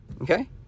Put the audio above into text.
Okay